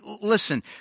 listen